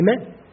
Amen